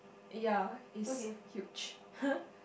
ya is huge